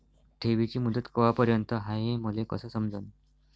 ठेवीची मुदत कवापर्यंत हाय हे मले कस समजन?